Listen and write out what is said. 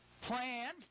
Plan